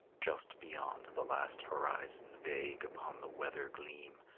just beyond the last horizon, vague upon the weather-gleam,